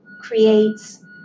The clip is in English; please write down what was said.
creates